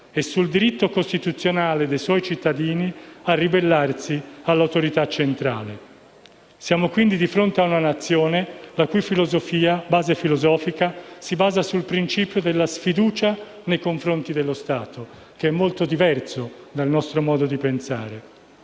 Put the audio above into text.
e sul diritto costituzionale dei suoi cittadini a ribellarsi all'autorità centrale. Siamo quindi di fronte ad una Nazione la cui base filosofica si basa sul principio della sfiducia nei confronti dello Stato - ciò è molto diverso dal nostro modo di pensare